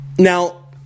now